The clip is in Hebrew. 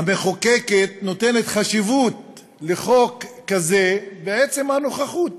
המחוקקת, נותנת חשיבות לחוק כזה, בעצם הנוכחות.